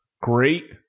great